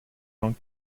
funk